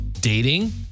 Dating